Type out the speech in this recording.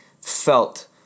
felt